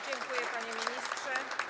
Dziękuję, panie ministrze.